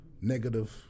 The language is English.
negative